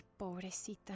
pobrecita